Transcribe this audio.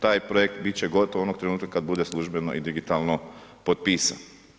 Taj projekt bit će gotov onog trenutka kad bude službeno i digitalno potpisan.